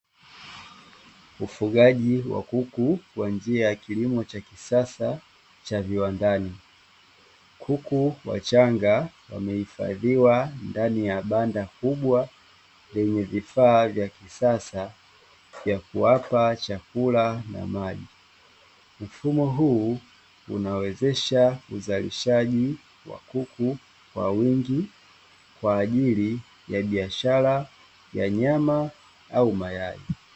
Ufugaji wa kuku kwa njia ya kilimo cha kisasa cha viwandani, kuku wachanga wamehifadhiwa ndani ya banda kubwa lenye vifaa vya kisasa vya kuwapa chakula na maji, mfumo huu unawezesha uzalishaji wa kuku kwa wingi kwa ajili ya biashara ya nyama au mayai.